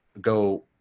go